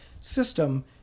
system